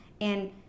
and-